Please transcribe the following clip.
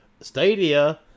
Stadia